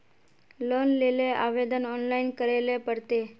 Loan लेले आवेदन online करे ले पड़ते?